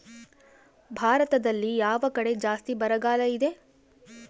ಭಾರತದಲ್ಲಿ ಯಾವ ಕಡೆ ಜಾಸ್ತಿ ಬರಗಾಲ ಇದೆ?